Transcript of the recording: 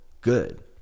good